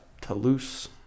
Toulouse